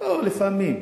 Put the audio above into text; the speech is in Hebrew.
לפעמים.